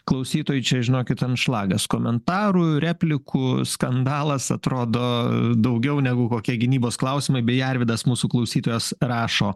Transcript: klausytojai čia žinokit anšlagas komentarų replikų skandalas atrodo daugiau negu kokia gynybos klausimai beje arvydas mūsų klausytojas rašo